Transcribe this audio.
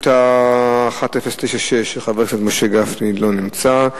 שאילתא 1096, של חבר הכנסת משה גפני, לא נמצא.